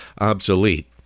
obsolete